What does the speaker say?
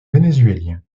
vénézuélien